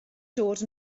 dod